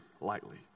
lightly